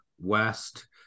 West